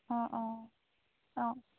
অঁ অঁ অঁ